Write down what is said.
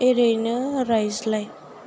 एरैनो रायज्लाय